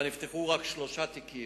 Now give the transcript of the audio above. שבה נפתחו רק שלושה תיקים.